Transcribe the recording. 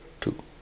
Two